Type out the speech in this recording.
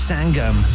Sangam